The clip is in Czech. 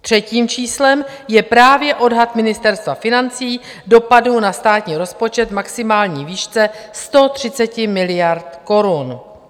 Třetím číslem je právě odhad Ministerstva financí dopadu na státní rozpočet v maximální výšce 130 miliard korun.